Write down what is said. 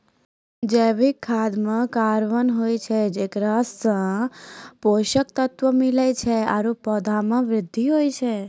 जैविक खाद म कार्बन होय छै जेकरा सें पोषक तत्व मिलै छै आरु पौधा म वृद्धि होय छै